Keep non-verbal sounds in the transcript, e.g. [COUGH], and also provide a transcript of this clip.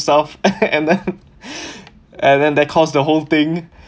stuff [LAUGHS] and then and then that cost the whole thing